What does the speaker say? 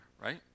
right